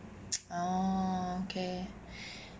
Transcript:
orh okay